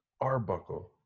Arbuckle